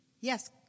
Yes